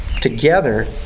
together